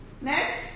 Next